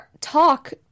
talk